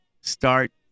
start